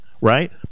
right